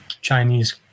Chinese